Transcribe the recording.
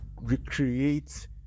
recreate